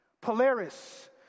Polaris